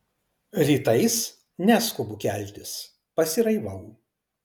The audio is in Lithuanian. rytais neskubu keltis pasiraivau